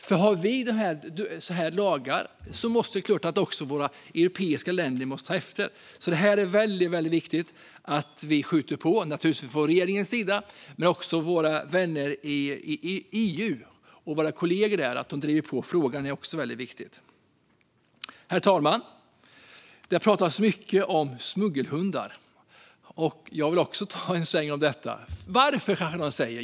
För om vi har sådana lagar är det klart att andra europeiska länder också måste ta efter. Det är alltså väldigt viktigt att regeringen driver på detta. Men det är naturligtvis viktigt att man också gör det från våra vänner och kollegor i EU. Herr talman! Det har pratats mycket om smuggelhundar, och jag vill också ta upp det. Någon kanske frågar: Varför?